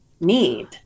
need